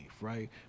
right